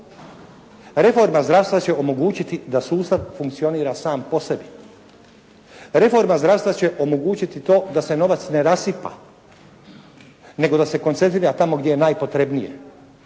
Reforma zdravstva će omogućiti da sustav funkcionira sam po sebi, reforma zdravstva će omogućiti to da se novac ne rasipa nego da se koncentrira tamo gdje je najpotrebnije.